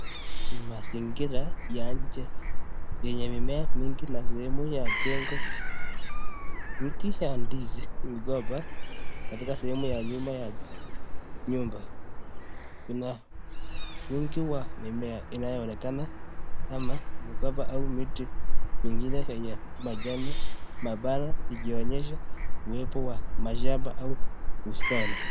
Mazingira ya nje yenye mimea mingi na sehemu ya jengo. Miti za ndizi migomba katika sehemu ya nyuma ya nyumba. Kuna wingi wa mimea inayoonekana kama migomba ama miti mengine yenye majani mapana ikionyesha uwepo wa mashamba au bustani.